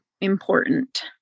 important